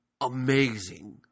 amazing